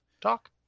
talk